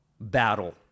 battle